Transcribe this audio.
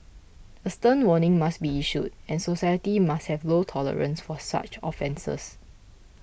a stern warning must be issued and society must have low tolerance for such offences